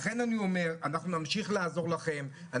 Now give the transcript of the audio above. לכן אני אומר: אנחנו נמשיך לעזור לכם.